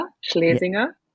Schlesinger